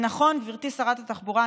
גברתי שרת התחבורה,